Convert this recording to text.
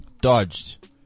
Dodged